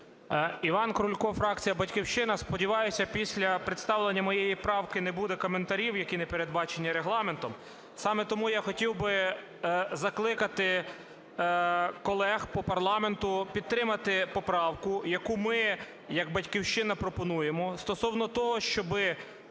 Іван Крулько, фракція "Батьківщина". Сподіваюся, після представлення моєї правки не буде коментарів, які не передбачені Регламентом. Саме тому я хотів би закликати колег по парламенту підтримати поправку, яку ми як "Батьківщина" пропонуємо стосовно того, щоб